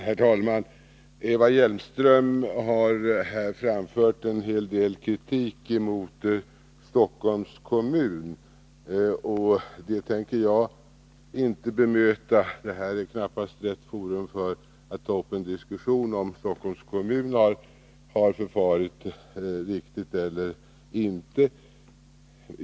Herr talman! Eva Hjelmström har här framfört en hel del kritik emot Stockholms kommun, men den tänker jag inte bemöta. Här är knappast rätt forum för att ta upp en diskussion om huruvida Stockholms kommun har förfarit riktigt eller inte.